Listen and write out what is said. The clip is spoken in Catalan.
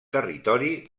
territori